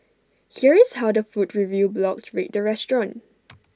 here is how the food review blogs rate the restaurant